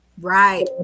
Right